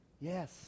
Yes